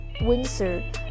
Windsor